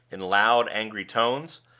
in loud, angry tones.